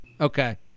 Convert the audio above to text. Okay